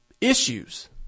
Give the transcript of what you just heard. issues